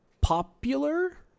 popular